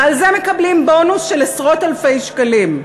ועל זה מקבלים בונוס של עשרות-אלפי שקלים.